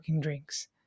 drinks